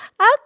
Okay